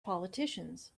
politicians